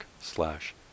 slash